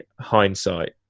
hindsight